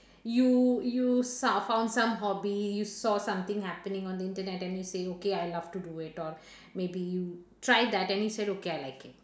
you you sort of found some hobbies saw something happening on the internet then you say okay I love to do it all maybe you tried that then you said okay I like it